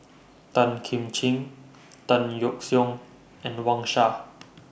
Tan Kim Ching Tan Yeok Seong and Wang Sha